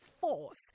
force